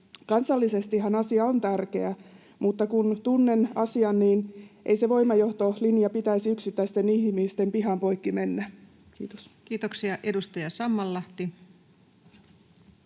Kansallisestihan asia on tärkeä, mutta kun tunnen asian, ei sen voimajohtolinjan pitäisi yksittäisten ihmisten pihan poikki mennä. — Kiitos. Kiitoksia. — Edustaja Sammallahti.